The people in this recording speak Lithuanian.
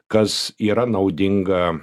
kas yra naudinga